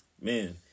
Man